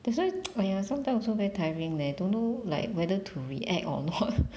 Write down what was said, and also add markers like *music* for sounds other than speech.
that's why *noise* !aiya! sometime also very tiring leh don't know like whether to react or not